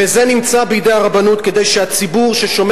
וזה נמצא בידי הרבנות כדי שהציבור ששומר